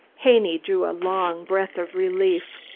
haney drew a long breath of relief.